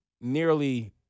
nearly